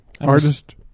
Artist